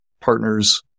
partners